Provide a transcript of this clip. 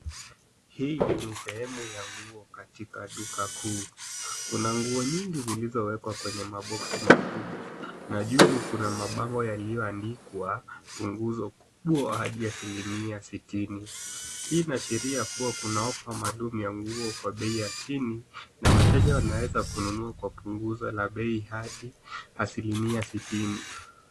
Hii ni sehemu ya nguo katika duka kuu. Kuna nguo nyingi zilizowekwa kwenye maboxi makubwa na juu kuna mabango yaliyoandikwa punguzo kubwa hadi asilimia sitini. Hii inaashiria kuwa kuna offer maalum ya nguo kwa bei ya chini na wateja wanaweza kununua kwa punguzo la bei hadi asilimia sitini.